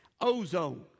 ozone